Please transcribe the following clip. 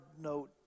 note